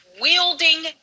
wielding